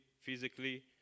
physically